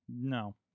No